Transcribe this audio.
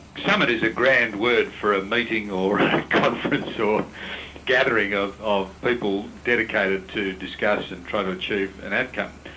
summit is a grand word for a meeting or conference, or gathering of of people dedicated to discuss and try to achieve an outcome.